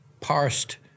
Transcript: parsed